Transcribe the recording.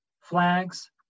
flags